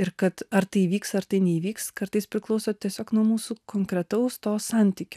ir kad ar tai įvyks ar tai neįvyks kartais priklauso tiesiog nuo mūsų konkretaus to santykio